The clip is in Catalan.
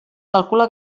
calcula